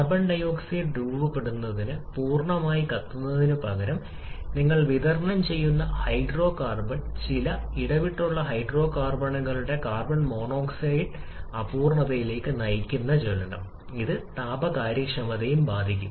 carbon dioxide രൂപപ്പെടുന്നതിന് പൂർണ്ണമായി കത്തുന്നതിനുപകരം നിങ്ങൾ വിതരണം ചെയ്യുന്ന ഹൈഡ്രോകാർബൺ ചില ഇടവിട്ടുള്ള ഹൈഡ്രോകാർബണുകളുടെ കാർബൺ മോണോക്സൈഡ് അപൂർണ്ണത്തിലേക്ക് നയിക്കുന്നു ജ്വലനം ഇത് താപ കാര്യക്ഷമതയെയും ബാധിക്കും